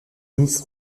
ministre